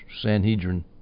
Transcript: Sanhedrin